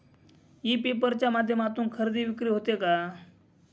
E paper च्या माध्यमातून खरेदी विक्री होते का?